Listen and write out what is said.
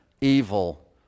evil